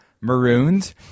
Marooned